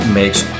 makes